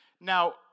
Now